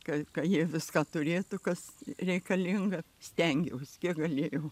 kai jie viską turėtų kas reikalinga stengiaus kiek galėjau